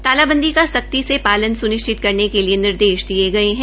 तालाबंदी की सख्ती से पालन सुनिश्चित करेन के लिए निर्देश दिये गये है